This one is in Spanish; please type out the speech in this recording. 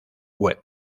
web